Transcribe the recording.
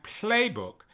Playbook